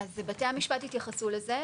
אז בתי המשפט התייחסו לזה,